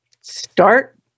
start